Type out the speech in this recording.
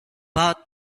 bought